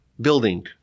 building